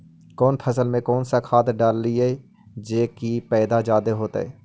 कौन फसल मे कौन सा खाध डलियय जे की पैदा जादे होतय?